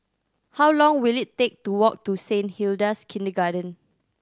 how long will it take to walk to Saint Hilda's Kindergarten